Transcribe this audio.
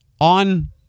on